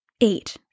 Eight